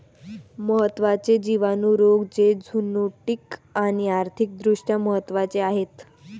महत्त्वाचे जिवाणू रोग जे झुनोटिक आणि आर्थिक दृष्ट्या महत्वाचे आहेत